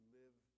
live